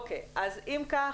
אז אם כך